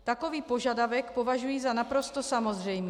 Takový požadavek považuji za naprosto samozřejmý.